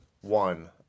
one